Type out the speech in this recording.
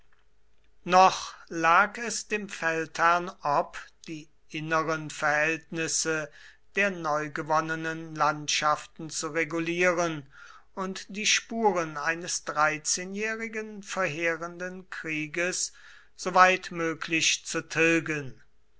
noch lag es dem feldherrn ob die inneren verhältnisse der neugewonnenen landschaften zu regulieren und die spuren eines dreizehnjährigen verheerenden krieges soweit möglich zu tilgen